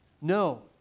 No